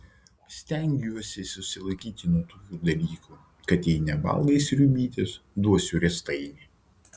stengiuosi susilaikyti nuo tokių dalykų kad jei nevalgai sriubytės duosiu riestainį